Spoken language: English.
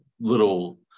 little